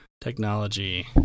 Technology